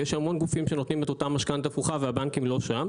ויש המון גופים שנותנים אותה משכנתא הפוכה והבנקים לא שם,